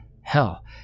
Hell